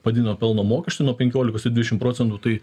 padidino pelno mokestį nuo penkiolikos ir dvišim procentų tai